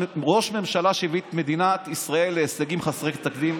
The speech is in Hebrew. ממשלה שהביא את מדינת ישראל להישגים חסרי תקדים,